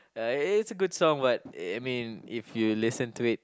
uh it it's a good song but I mean if you listen to it